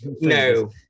No